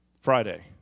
Friday